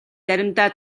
заримдаа